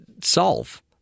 solve